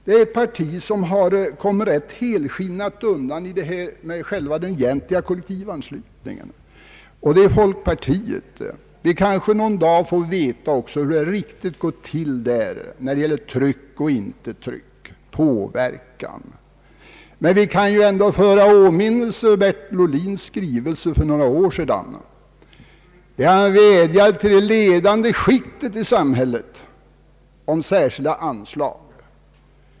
Det parti som kommer ganska helskinnat undan när det gäller den egentliga kollektivanslutningen är folkpartiet. Vi får kanske om någon dag veta hur det riktigt går till inom detta parti när det gäller tryck och påverkan. Men vi kan ju ändå föra i åminnelse Bertil Ohlins skrivelse för några år sedan, i vilken han vädjar till det ledande skiktet i samhället om särskilda anslag.